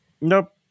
nope